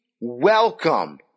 welcome